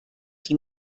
die